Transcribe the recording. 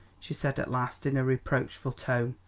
she said at last, in a reproachful tone.